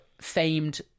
famed